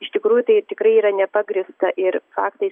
iš tikrųjų tai tikrai yra nepagrįsta ir faktais